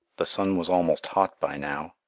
the sun was almost hot by now,